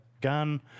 gun